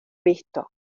visto